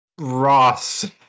Ross